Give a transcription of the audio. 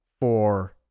four